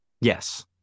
Yes